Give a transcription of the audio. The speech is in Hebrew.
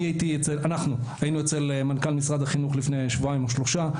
אנחנו היינו אצל מנכ"ל משרד החינוך לפני שבועיים או שלושה,